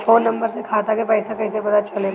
Phone number से खाता के पइसा कईसे पता चलेला?